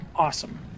Awesome